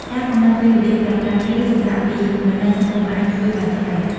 ការកំណត់ពេលវេលាប្រើប្រាស់ ឬសម្រាកពីបណ្តាញសង្គមអាចជួយបានច្រើន។